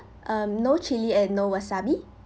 um no chilli and no wasabi